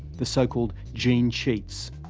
the so-called gene cheats.